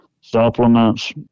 supplements